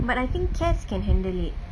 but I think cats can handle it